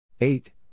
eight